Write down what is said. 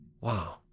Wow